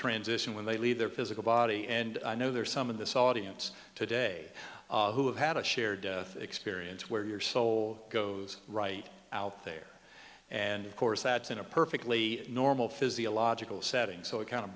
transition when they leave their physical body and i know there are some in this audience today who have had a shared experience where your soul goes right out there and of course that's in a perfectly normal physiological setting so it kind of